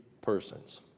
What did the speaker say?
persons